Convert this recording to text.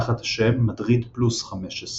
תחת השם "מדריד פלוס 15"